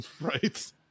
Right